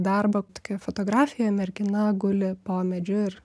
darbą tokia fotografija mergina guli po medžiu ir